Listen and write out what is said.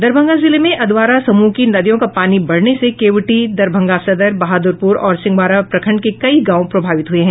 दरभंगा जिले में अधवारा समूह की नदियों का पानी बढ़ने से केवटी दरभंगा सदर बहादुरपुर और सिंघवारा प्रखंड के कई गांव प्रभावित हुए है